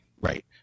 Right